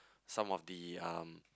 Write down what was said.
some of the um